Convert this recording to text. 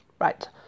right